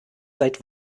seit